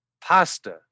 pasta